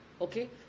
okay